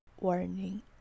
Warning